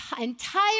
entire